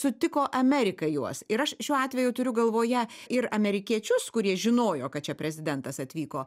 sutiko amerika juos ir aš šiuo atveju turiu galvoje ir amerikiečius kurie žinojo kad čia prezidentas atvyko